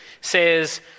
says